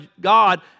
God